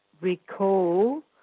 recall